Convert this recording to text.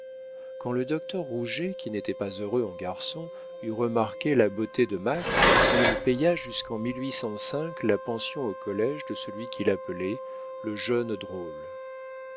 quand le docteur rouget qui n'était pas heureux en garçon eut remarqué la beauté de max il paya jusquen la pension au collége de celui qu'il appelait le jeune drôle